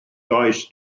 does